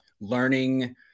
learning